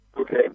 Okay